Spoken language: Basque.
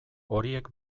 horiek